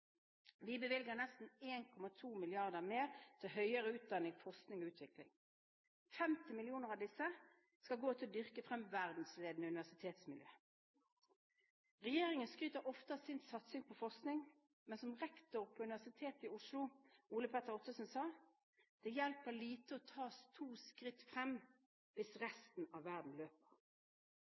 Vi bevilger nesten 1,2 mrd. kr mer til høyere utdanning, forskning og utvikling. Av dette skal 50 mill. kr gå til å dyrke frem verdensledende universitetsmiljøer. Regjeringen skryter ofte av sin satsing på forskning, men som rektor på Universitetet i Oslo, Ole Petter Ottersen, sa: «Det hjelper lite å ta to skritt frem hvis resten av verden løper.»